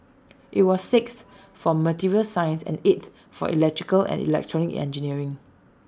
IT was sixth for materials science and eighth for electrical and electronic engineering